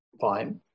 fine